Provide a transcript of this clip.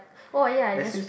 oh [wah] ya I just